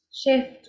shift